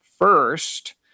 first